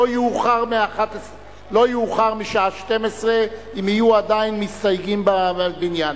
לא יאוחר מהשעה 24:00 אם יהיו עדיין מסתייגים בבניין.